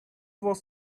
was